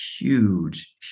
huge